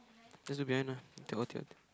just do behind ah take oh take oh take